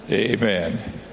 amen